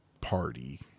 party